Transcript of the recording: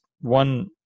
one